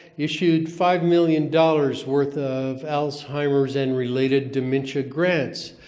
issued five million dollars worth of alzheimer's and related dementia grants.